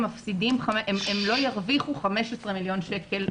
הם לא ירוויחו 15 מיליון שקל.